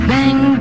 Bang